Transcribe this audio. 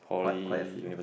quite quite a few